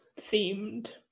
themed